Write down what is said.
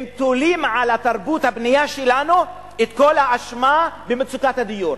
הם תולים בתרבות הבנייה שלנו את כל האשמה של מצוקת הדיור,